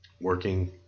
working